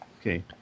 Okay